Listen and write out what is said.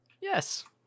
Yes